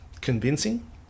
convincing